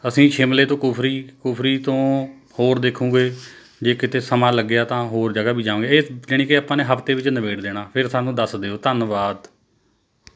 ਅਸੀਂ ਸ਼ਿਮਲੇ ਤੋਂ ਕੁਫਰੀ ਕੁਫਰੀ ਤੋਂ ਹੋਰ ਦੇਖਾਂਗੇ ਜੇ ਕਿਤੇ ਸਮਾਂ ਲੱਗਿਆ ਤਾਂ ਹੋਰ ਜਗ੍ਹਾ ਵੀ ਜਾਵਾਂਗੇ ਇਹ ਜਣੀ ਕਿ ਆਪਾਂ ਨੇ ਹਫ਼ਤੇ ਵਿੱਚ ਨਿਬੇੜ ਦੇਣਾ ਫਿਰ ਸਾਨੂੰ ਦੱਸ ਦਿਓ ਧੰਨਵਾਦ